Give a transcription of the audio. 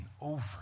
over